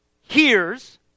hears